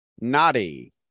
Naughty